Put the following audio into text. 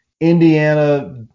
Indiana